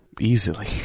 Easily